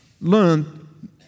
learned